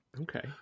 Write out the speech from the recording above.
okay